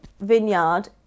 vineyard